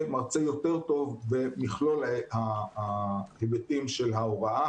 מרצה יותר טוב במכלול ההיבטים של ההוראה,